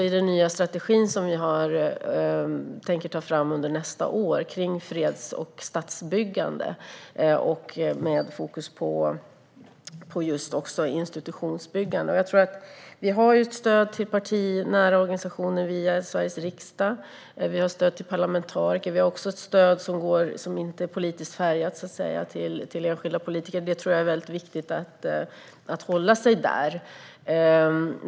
Under nästa år tänker vi ta fram en ny strategi för freds och statsbyggande, med fokus på institutionsbyggande. Vi har ett stöd till partinära organisationer via Sveriges riksdag. Vi har ett stöd till parlamentariker. Vi har också ett stöd som inte är politiskt färgat, som går till enskilda politiker. Jag tror att det är viktigt att hålla sig där.